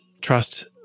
trust